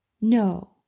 No